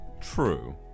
True